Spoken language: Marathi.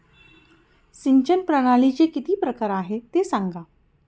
सिंचन प्रणालीचे किती प्रकार आहे ते सांगा